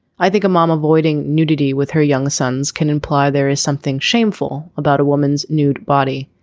i think a mom avoiding nudity with her young sons can imply there is something shameful about a woman's nude body.